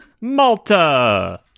malta